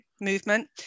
movement